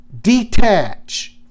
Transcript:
detach